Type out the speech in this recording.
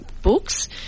Books